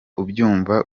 ubyumva